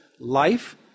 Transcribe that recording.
life